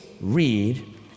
read